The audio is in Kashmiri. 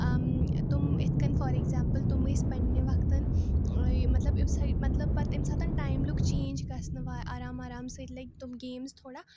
تِم یِتھٕ کٔنۍ فار ایٚگزامپُل تِم ٲسۍ پَننہِ وقتَن یہِ مطلب ییٚمہِ ساتہٕ مطلب پَتہٕ ییٚمہِ ساتہٕ ٹایم لوٚگ چینٛج گَژھنہٕ آرام آرام سۭتۍ لَگہِ تِم گیمٕز تھوڑا